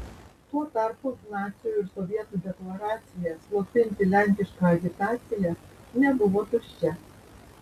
tuo tarpu nacių ir sovietų deklaracija slopinti lenkišką agitaciją nebuvo tuščia